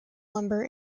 lumber